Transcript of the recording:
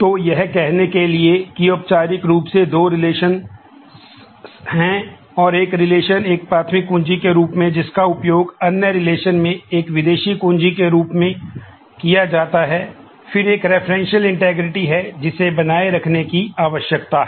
तो यह कहने के लिए कि औपचारिक रूप से दो रिलेशंस है जिसे बनाए रखने की आवश्यकता है